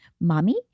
Mommy